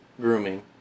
grooming